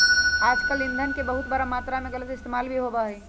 आजकल ई धन के बहुत बड़ा मात्रा में गलत इस्तेमाल भी होबा हई